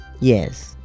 yes